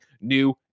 new